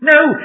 No